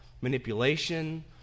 manipulation